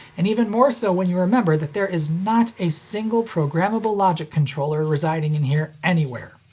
and even more so when you remember that there is not a single programmable logic controller residing in here anywhere.